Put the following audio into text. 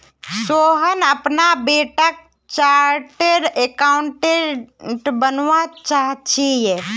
सोहन अपना बेटाक chartered accountant बनवा चाह्चेय